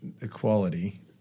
equality